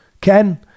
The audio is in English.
ken